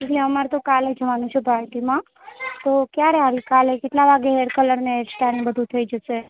એટલે અમારે તો કાલે જવાનું છે પાર્ટીમાં તો ક્યારે આવીએ કાલે કેટલા વાગે હેર કલર અને હેરસ્ટાઈલને બધું થઈ જશે